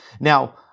Now